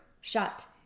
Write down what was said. shut